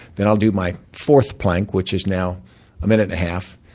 then i'll do my fourth plank, which is now a minute and a half.